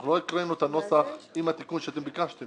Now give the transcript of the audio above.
אנחנו לא הקראנו את הנוסח עם התיקון שביקשתם